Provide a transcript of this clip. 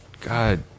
God